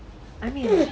I mean